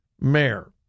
mayor